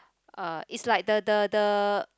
uh is like the the the